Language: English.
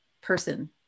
person